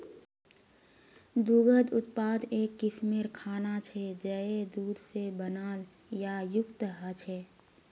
दुग्ध उत्पाद एक किस्मेर खाना छे जये दूध से बनाल या युक्त ह छे